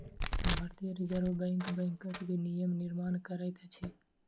भारतीय reserve bank बैंकक विनियमक निर्माण करैत अछि